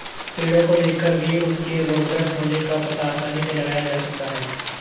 पेड़ो को देखकर भी उनके रोगग्रस्त होने का पता आसानी से लगाया जा सकता है